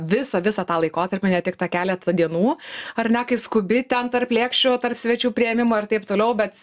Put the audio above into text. visą visą tą laikotarpį ne tik tą keletą dienų ar ne kai skubi ten tarp lėkščių tarp svečių priėmimo ir taip toliau bet